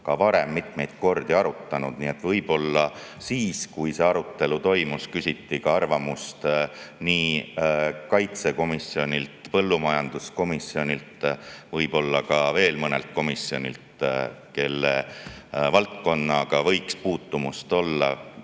ka varem mitmeid kordi arutatud. Võib-olla siis, kui see arutelu toimus, küsiti arvamust ka kaitsekomisjonilt, põllumajanduskomisjonilt, võib-olla veel mõnelt komisjonilt, kelle valdkonnaga puu- ja